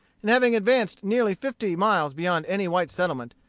and having advanced nearly fifty miles beyond any white settlement,